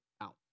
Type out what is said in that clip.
out